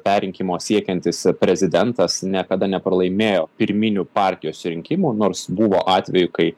perrinkimo siekiantis prezidentas niekada nepralaimėjo pirminių partijos rinkimų nors buvo atvejų kai